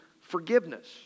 forgiveness